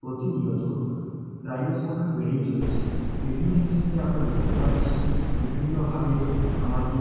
প্রতিনিয়ত ক্রাইমের সংখ্যা বেড়েই চলেছে বিভিন্ন ক্ষেত্রে আমরা দেখতে পাচ্ছি বিভিন্নভাবে সামাজিক